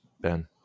ben